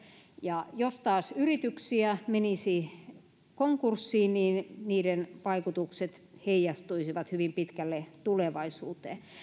ja jos taas yrityksiä menisi konkurssiin niin niiden vaikutukset heijastuisivat hyvin pitkälle tulevaisuuteen